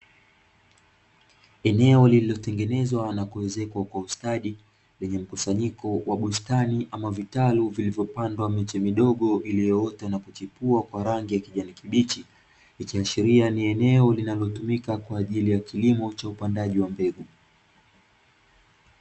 Eneo lililotengenezwa na kuezekwa mwa ustadi, lenye mkusanyiko wa bustani ama vitalu vilivyopandwa miche midogo na kuchipua kwa rangi ya kijani kibichi, ikiashiria ni eneo linalotumika kwa ajili ya upandaji wa mbegu.